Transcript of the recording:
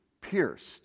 pierced